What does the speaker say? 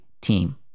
team